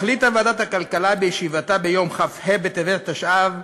החליטה ועדת הכלכלה בישיבתה ביום כ"ה בטבת התשע"ו,